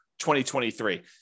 2023